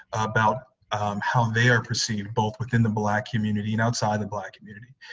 about how they are perceived both within the black community and outside the black community.